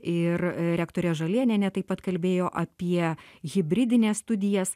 ir rektorė žalėnienė taip pat kalbėjo apie hibridines studijas